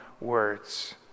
words